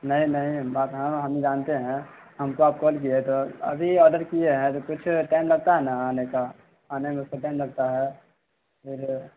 نہیں نہیں بات ہاں ہم جانتے ہیں ہم کو آپ کال کیے تو ابھی آرڈر کیے ہیں تو کچھ ٹائم لگتا ہے نا آنے کا آنے میں اس کو ٹائم لگتا ہے پھر